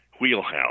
wheelhouse